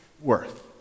worth